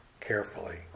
carefully